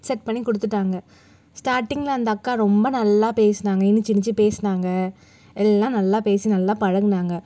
set பண்ணி கொடுத்துட்டாங்க ஸ்டார்டிங்கில் அந்த அக்கா ரொம்ப நல்லா பேசினாங்க இனித்து இனித்து பேசுனாங்க எல்லாம் நல்லா பேசி நல்லா பழகினாங்க